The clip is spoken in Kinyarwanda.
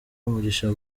umugisha